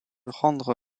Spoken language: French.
rendre